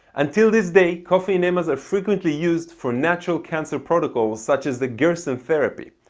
until this day coffee enemas are frequently used for natural cancer protocol such as the gerson therapy.